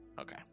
Okay